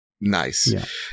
nice